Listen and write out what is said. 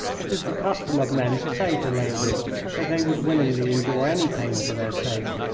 it is the custom of men to say to ladies that they would willingly endure any pain for their sake,